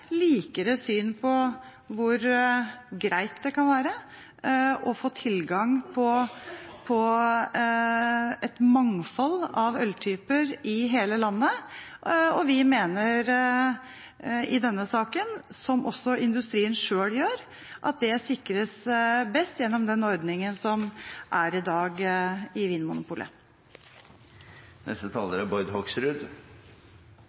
likere syn på hvor greit det kan være å få tilgang på et mangfold av øltyper i hele landet, og i denne saken mener vi, som også industrien selv gjør, at det sikres best gjennom den ordningen som er i dag – i